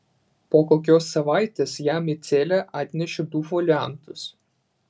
po kokios savaitės jam į celę atnešė du foliantus